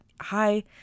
hi